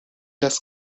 das